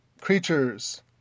creatures